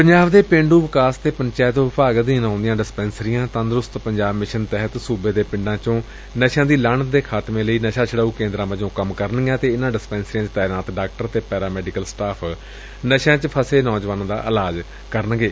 ਪੰਜਾਬ ਦੇ ਪੇਂਡੁ ਵਿਕਾਸ ਵਿਭਾਗ ਅਧੀਨ ਆਉਦੀਆਂ ਡਿਸਪੈਂਸਰੀਆਂ ਤੰਦਰੁਸਤ ਪੰਜਾਬ ਮਿਸ਼ਨ ਤਹਿਤ ਸੁਬੇ ਦੇ ਪਿੰਡਾਂ ਵਿਚੋਂ ਨਸ਼ੇ ਦੀ ਲਾਹਨਤ ਦੇ ਖਾਤਮੇ ਲਈ ਨਸ਼ਾ ਛੂਡਾਉ ਕੇਂਦਰਾਂ ਵਜੋਂ ਵੀ ਕੰਮ ਕਰਨਗੀਆਂ ਅਤੇ ਇਹਨਾਂ ਡਿਸਪੈ ਂਸਰੀਆਂ ਵਿਚ ਤਾਇਨਾਤ ਡਾਕਟਰ ਤੇ ਪੈਰਾ ਮੈਡੀਕਲ ਸਟਾਫ ਨਸ਼ਿਆਂ ਵਿਚ ਫਸੇ ਨੌਜਵਾਨਾਂ ਦਾ ਇਲਾਜ ਕਰਿਆ ਕਰਨਗੇ